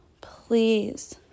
please